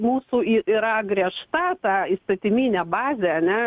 mūsų y yra griežta ta įstatyminė bazė ane